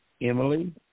Emily